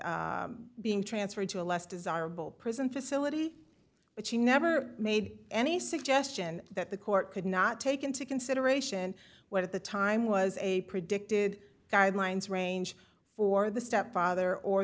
and being transferred to a less desirable prison facility but she never made any suggestion that the court could not take into consideration what at the time was a predicted guidelines range for the stepfather or